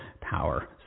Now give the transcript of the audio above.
power